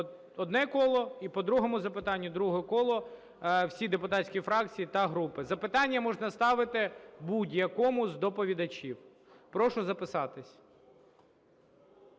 Одне коло. І по другому запитанню – друге коло, всі депутатські фракції та групи. Запитання можна ставити будь-якому з доповідачів. Прошу записатись.